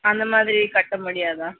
அந்தமாதிரி கட்ட முடியாதா